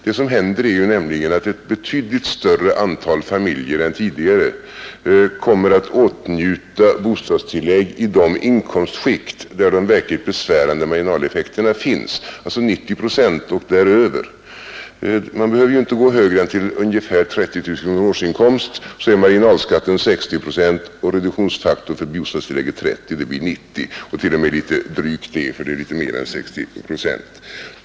Det som händer är nämligen att ett betydligt större antal familjer än tidigare kommer att åtnjuta bostadstillägg i de inkomstskikt där de verkligt besvärande marginaleffekterna finns, alltså 90 procent och däröver. Man behöver inte komma upp i mer än ungefär 30 000 kronor i årsinkomst för att marginalskatten skall bli 60 procent, och reduktionsfaktorn för bostadstillägg är 30 procent. Det blir 90 procent — t.o.m. litet drygt det, för marginalskatten är litet mer än 60 procent.